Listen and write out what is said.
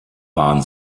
waren